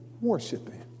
worshiping